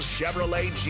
Chevrolet